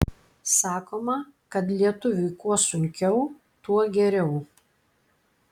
sakoma kad lietuviui kuo sunkiau tuo geriau